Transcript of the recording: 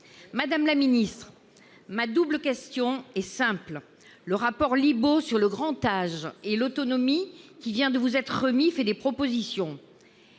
Madame la ministre, ma double question est simple. Le rapport Libault sur le grand âge et l'autonomie, qui vient de vous être remis, avance un certain